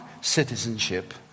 citizenship